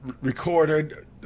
recorded